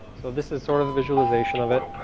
so this is sort of a visualization of it